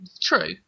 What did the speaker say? True